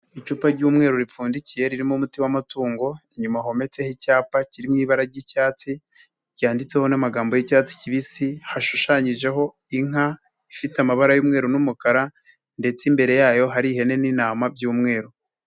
Icupa ry'umweru ripfundikiye ririmo umuti w'amatungo, inyuma hometseho icyapa kiri mu ibara ry'icyatsi ryanditseho n'amagambo y'icyatsi kibisi hashushanyijeho inka ifite amabara y'umweru n'umukara ndetse imbere yayo hari ihene n'intama by'umweru.